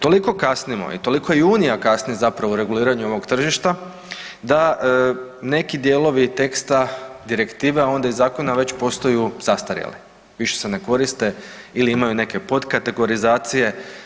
Toliko kasnimo i toliko i Unija kasni u reguliranju ovog tržišta da neki dijelovi teksta direktive, a onda i zakona već postaju zastarjeli, više se ne koriste ili imaju neke podkategorizacije.